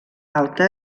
alta